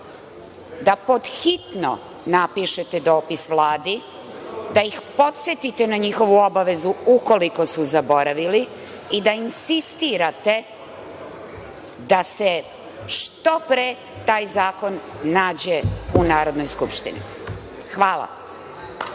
da pod hitno napišete dopis Vladi, da ih podsetite na njihovu obavezu ukoliko su zaboravili i da insistirate da se što pre taj zakon nađe u Narodnoj skupštini. Hvala.